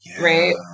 right